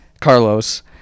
Carlos